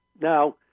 Now